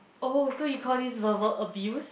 oh so you call this verbal abuse